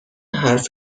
حرف